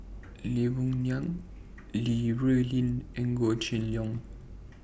Lee Boon Ngan Li Rulin and Goh Kheng Long